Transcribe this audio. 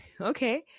okay